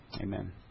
Amen